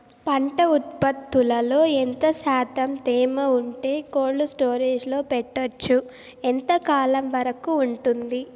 పంట ఉత్పత్తులలో ఎంత శాతం తేమ ఉంటే కోల్డ్ స్టోరేజ్ లో పెట్టొచ్చు? ఎంతకాలం వరకు ఉంటుంది